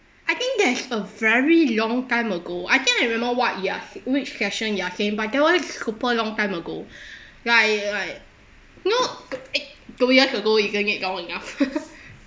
I think there's a very long time ago I can't remember what you are sa~ which question you are saying but that one super long time ago like like you know two eh two years ago isn't it long enough